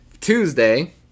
Tuesday